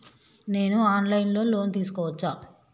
నేను online లో loan తీసుకోవచ్చా?